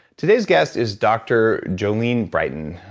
today's guest is dr. jolene brighton,